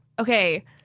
Okay